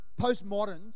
Postmoderns